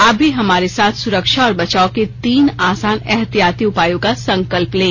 आप भी हमारे साथ सुरक्षा और बचाव के तीन आसान एहतियाती उपायों का संकल्प लें